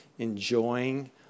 enjoying